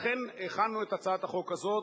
לכן הכנו את הצעת החוק הזאת.